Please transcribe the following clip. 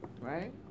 Right